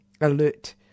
alert